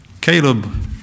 Caleb